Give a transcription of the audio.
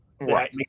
right